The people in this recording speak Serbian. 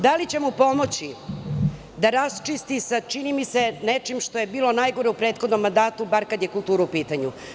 Da li će mu pomoći da raščisti sa čini mi se, nečim što je bilo najgore u prethodnom mandatu, bar kada je kultura u pitanju?